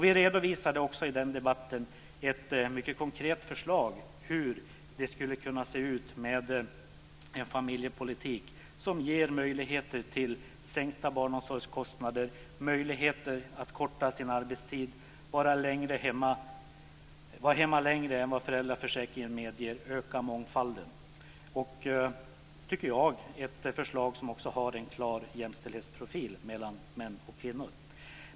Vi redovisade också i den debatten ett mycket konkret förslag till hur det skulle kunna se ut med en familjepolitik som ger möjlighet till sänkta barnomsorgskostnader, till att korta sin arbetstid, till att vara hemma längre än vad föräldraförsäkringen medger och till att öka mångfalden. Det är ett förslag som också har en mycket klar jämställdhetsprofil mellan män och kvinnor.